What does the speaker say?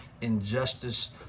injustice